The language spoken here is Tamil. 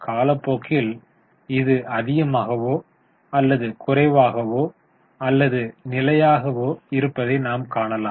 காலப்போக்கில் இது அதிகமாகவோ அல்லது குறைவாகவோ அல்லது நிலையாக இருப்பதை நாம் காணலாம்